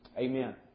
Amen